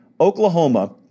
Oklahoma